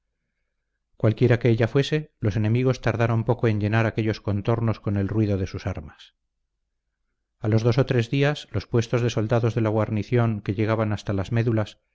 cualquiera que ella fuese los enemigos tardaron poco en llenar aquellos contornos con el ruido de sus armas a los dos o tres días los puestos de soldados de la guarnición que llegaban hasta las médulas